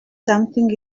something